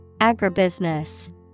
Agribusiness